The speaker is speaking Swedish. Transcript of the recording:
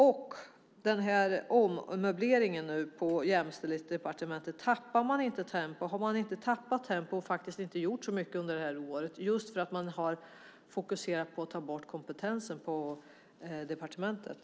När det gäller ommöbleringen på Integrations och jämställdhetsdepartementet vill jag fråga: Har man inte tappat tempo och faktiskt inte gjort så mycket under det här året, just för att man har fokuserat på att ta bort kompetensen på departementet?